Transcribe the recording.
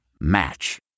Match